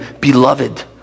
beloved